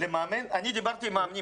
אני דיברתי עם מאמנים.